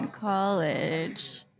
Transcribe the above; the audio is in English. college